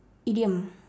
idiom